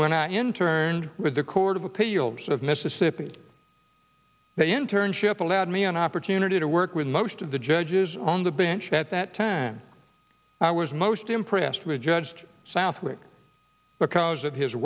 when i interned with the court of appeals of mississippi the internship allowed me an opportunity to work with most of the judges on the bench at that time i was most impressed with judged southwick because of his